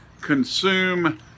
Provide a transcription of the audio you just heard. consume